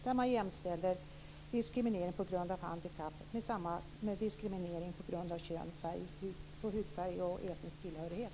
Där jämställer man diskriminering på grund av handikapp med diskriminering på grund av kön, hudfärg och etnisk tillhörighet.